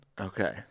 Okay